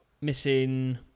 missing